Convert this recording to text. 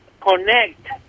connect